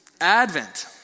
Advent